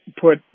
put